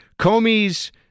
Comey's